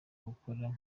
gukora